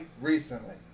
recently